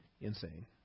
insane